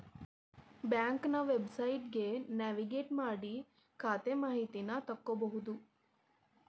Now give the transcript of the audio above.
ಬ್ಯಾಂಕ್ನ ವೆಬ್ಸೈಟ್ಗಿ ನ್ಯಾವಿಗೇಟ್ ಮಾಡಿ ಖಾತೆ ಮಾಹಿತಿನಾ ತಿಳ್ಕೋಬೋದು